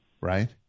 Right